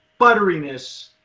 butteriness